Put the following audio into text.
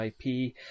IP